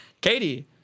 Katie